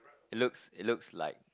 it looks it looks like